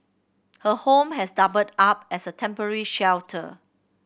her home has doubled up as a temporary shelter